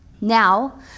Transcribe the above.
Now